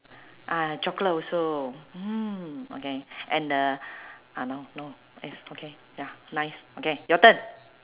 ah chocolate also mm okay and the uh no no it's okay ya nice okay your turn